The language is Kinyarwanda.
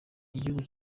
igihugu